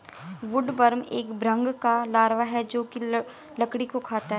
woodworm एक भृंग का लार्वा है जो की लकड़ी को खाता है